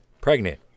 pregnant